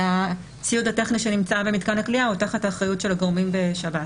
והציוד הטכני שנמצא במתקן הכליאה הוא תחת האחריות של הגורמים בשב"ס.